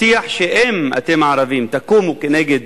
הבטיח שאם אתם, הערבים, תקומו נגד